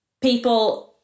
people